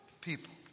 people